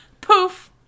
poof